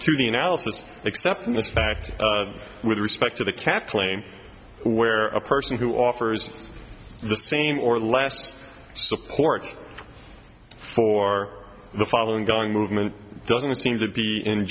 to the analysis except in this fact with respect to the cap claim where a person who offers the same or less support for the following going movement doesn't seem to be in